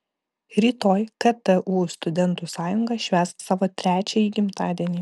rytoj ktu studentų sąjunga švęs savo trečiąjį gimtadienį